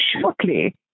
shortly